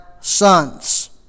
sons